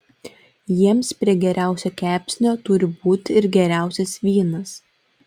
jiems prie geriausio kepsnio turi būti ir geriausias vynas